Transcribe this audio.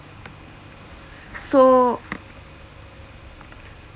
so